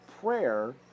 prayer